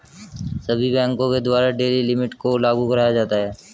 सभी बैंकों के द्वारा डेली लिमिट को लागू कराया जाता है